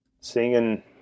singing